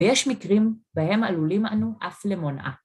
ויש מקרים בהם עלולים לנו אף למונעה.